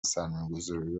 سرمایهگذاری